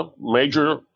major